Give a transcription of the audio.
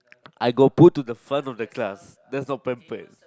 I go poo to the front of the class that's not pamper